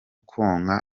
konka